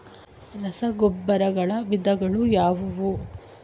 ರಸಗೊಬ್ಬರಗಳ ವಿಧಗಳು ಯಾವುವು?